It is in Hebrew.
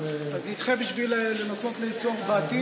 בשביל לנסות ליצור בעתיד,